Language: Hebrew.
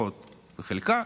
לפחות בחלקה,